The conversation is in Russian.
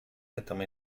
этом